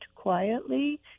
Quietly